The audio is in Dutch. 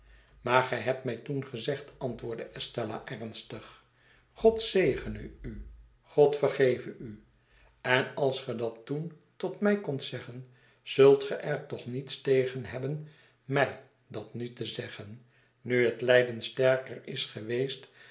maar gij hebt mij toen gezegd antwoordde estella ernstig god zegene u god vergeve u en als ge dat toen tot mij kondt zeggen zult ge er toch niets tegen hebben mij dat nu te zeggen nu het lij den sterker is geweest